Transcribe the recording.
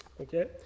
Okay